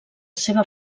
seva